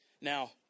Now